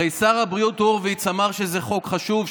הרי שר הבריאות הורוביץ אמר שזה חוק חשוב,